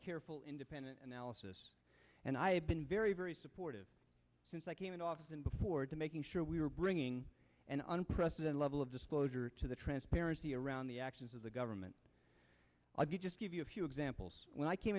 careful independent analysis and i have been very very supportive since i came into office and before to making sure we are bringing an unprecedented level of disclosure to the transparency around the actions of the government i just gave you a few examples when i came